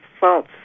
false